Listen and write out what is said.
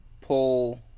pull